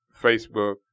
Facebook